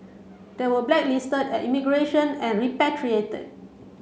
they were blacklisted at immigration and repatriated